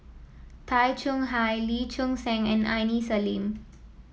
Tay Chong Hai Lee Choon Seng and Aini Salim